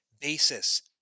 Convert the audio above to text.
basis